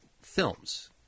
films